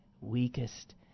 weakest